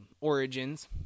Origins